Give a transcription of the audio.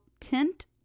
tint